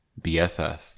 BFF